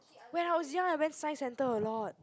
when I was young I went science centre a lot